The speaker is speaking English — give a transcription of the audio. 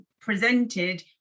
presented